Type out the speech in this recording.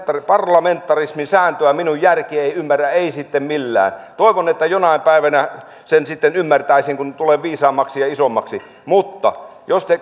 parlamentarismin sääntöä minun järkeni ei ymmärrä ei sitten millään toivon että jonain päivänä sen sitten ymmärtäisin kun tulen viisaammaksi ja isommaksi mutta jos te